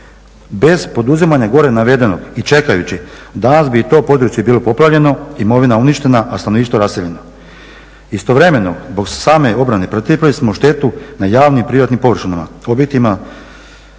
Bez poduzimanja gore navedenog i čekajući danas bi i to područje bilo poplavljeno, imovina uništena, a stanovništvo raseljeno. Istovremeno, zbog same obrane pretrpili smo štetu na javnim i privatnim površinama, objektima